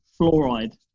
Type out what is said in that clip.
Fluoride